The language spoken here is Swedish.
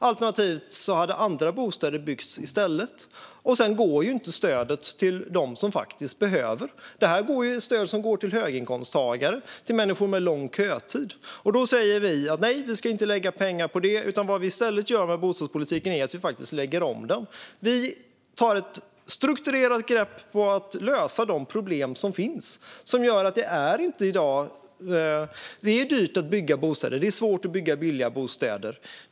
Alternativt hade andra bostäder byggts i stället. Sedan går inte stödet till dem som faktiskt behöver det. Det är ett stöd som går till höginkomsttagare och till människor med lång kötid. Vi säger att vi inte ska lägga pengar på det. Vad vi i stället gör med bostadspolitiken är att vi lägger om den. Vi tar ett strukturerat grepp för att lösa de problem som finns. Det är i dag dyrt att bygga bostäder. Det är svårt att bygga billiga bostäder.